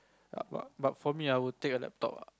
err but but for me I will take a laptop ah